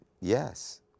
Yes